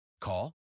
Call